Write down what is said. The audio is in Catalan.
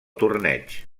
torneig